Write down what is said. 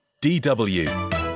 DW